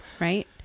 Right